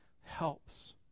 helps